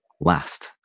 last